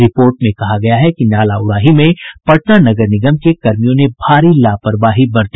report में कहा गया है कि नाला उड़ाही में पटना नगर निगम के कर्मियों ने भारी लापरवाही बरती